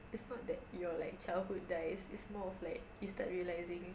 it's not that your like childhood dies it's more of like you start realising